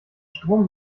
strom